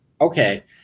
okay